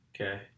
Okay